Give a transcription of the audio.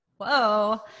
Whoa